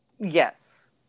Yes